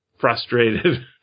frustrated